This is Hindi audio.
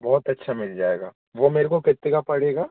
बहुत अच्छा मिल जाएगा वह मेरे को कितने का पड़ेगा